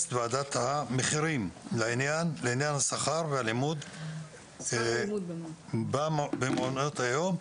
את ועדת המחירים לעניין שכר הלימוד במעונות היום.